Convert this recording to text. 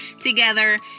together